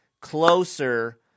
closer